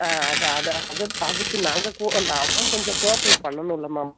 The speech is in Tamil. ஆ அதான் அதான் அது அதுக்கு நாங்கள் அவன் கொஞ்சம் கோஆப்ரேட் பண்ணணுமில்ல மேம்